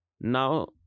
Now